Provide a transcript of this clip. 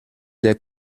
der